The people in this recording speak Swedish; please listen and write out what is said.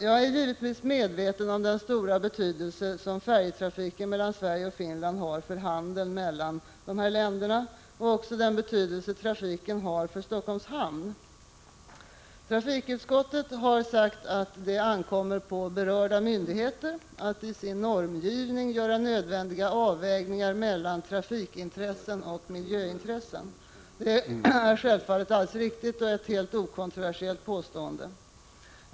Jag är givetvis medveten om den stora betydelse som färjetrafiken mellan Sverige och Finland har för handeln mellan dessa länder och också om den betydelse trafiken har för Helsingforss hamn. Trafikutskottet anför att det ankommer på berörda myndigheter att i sin normgivning göra nödvändiga avvägningar mellan trafikintressen och miljöintressen. Det är självfallet riktigt och ett helt okontroversiellt påstående.